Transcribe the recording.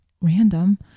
random